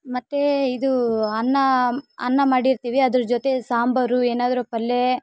ಮತ್ತು ಇದು ಅನ್ನ ಅನ್ನ ಮಾಡಿರ್ತೀವಿ ಅದ್ರ ಜೊತೆ ಸಾಂಬಾರು ಏನಾದರು ಪಲ್ಯೆ